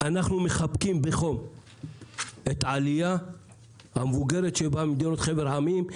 אנחנו מחבקים בחום את העלייה המבוגרת שבאה ממדינות חבר העמים,